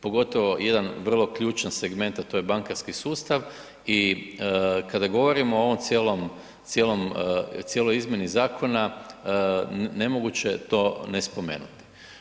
Pogotovo jedan vrlo ključan segment, a to je bankarski sustav i kada govorimo o ovom cijelom, cijeloj izmjeni zakona nemoguće je to ne spomenuti.